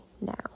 now